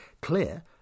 clear